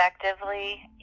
effectively